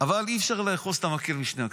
אבל אי-אפשר לאחוז את המקל בשני הקצוות.